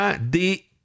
des